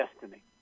destiny